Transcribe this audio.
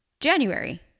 January